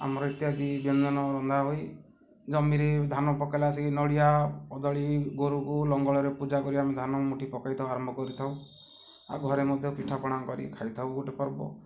ଆମର ଇତ୍ୟାଦି ବ୍ୟଞ୍ଜନ ରନ୍ଧା ହେଇ ଜମିରେ ଧାନ ପକାଇଲା ସିକି ନଡ଼ିଆ କଦଳୀ ଗୋରୁକୁ ଲଙ୍ଗଳରେ ପୂଜା କରି ଆମେ ଧାନ ମୁଠି ପକାଇ ଥାଉ ଆରମ୍ଭ କରି ଥାଉ ଆଉ ଘରେ ମଧ୍ୟ ପିଠାପଣା କରି ଖାଇଥାଉ ଗୋଟେ ପର୍ବ